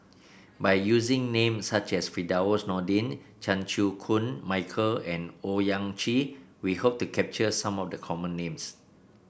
by using names such as Firdaus Nordin Chan Chew Koon Michael and Owyang Chi we hope to capture some of the common names